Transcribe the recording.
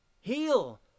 Heal